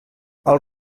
els